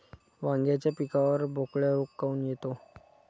वांग्याच्या पिकावर बोकड्या रोग काऊन येतो?